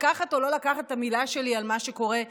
לקחת או לא לקחת את המילה שלי על מה שקורה באיראן.